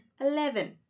Eleven